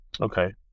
Okay